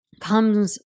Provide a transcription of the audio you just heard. comes